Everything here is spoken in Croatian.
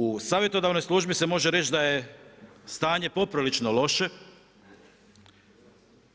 U savjetodavnoj služi se može reći da je stanje poprilično loše,